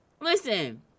Listen